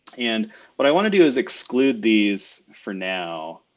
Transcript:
and what i wanna do is exclude these for now.